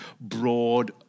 broad